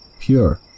pure